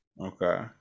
Okay